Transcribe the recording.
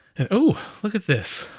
and oh, look at this.